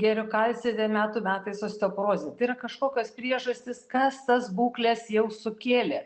geriu kalcį ten metų metais osteoporozė tai yra kažkokios priežastys kas tas būkles jau sukėlė